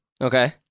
Okay